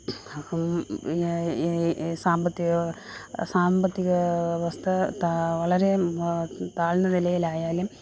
സാമ്പത്തിക സാമ്പത്തിക വ്യവസ്ഥ വളരെ താഴ്ന്ന നിലയിലായാലും